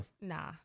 Nah